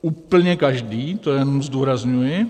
Úplně každý, to jenom zdůrazňuji.